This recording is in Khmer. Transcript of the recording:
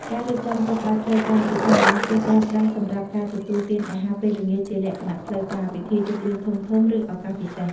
ការរៀបចំតុបែបផ្លូវការ ជាធម្មតាគេប្រើប្រាស់សម្រាប់ការទទួលទានអាហារពេលល្ងាចជាលក្ខណៈផ្លូវការ ពិធីជប់លៀងធំៗ ឬឱកាសពិសេស។